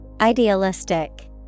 Idealistic